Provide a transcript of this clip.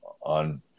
on